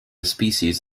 species